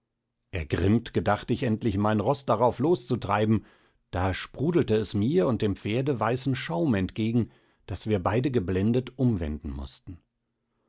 ergrimmt gedacht ich endlich mein roß darauf los zu treiben da sprudelte es mir und dem pferde weißen schaum entgegen daß wir beide geblendet umwenden mußten